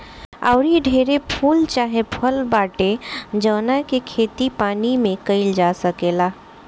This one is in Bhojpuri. आऊरी ढेरे फूल चाहे फल बाटे जावना के खेती पानी में काईल जा सकेला